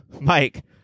Mike